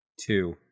two